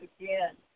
again